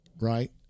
right